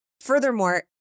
furthermore